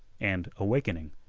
and, awakening,